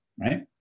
right